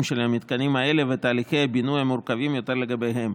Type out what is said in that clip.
של המתקנים האלה ותהליכי הבינוי המורכבים יותר לגביהם.